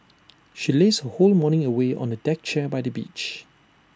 she lazed her whole morning away on A deck chair by the beach